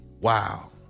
wow